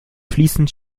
fließend